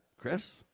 chris